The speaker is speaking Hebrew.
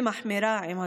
ומחמירה עם הקורונה,